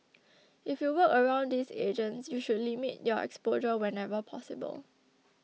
if you work around these agents you should limit your exposure whenever possible